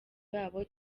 babo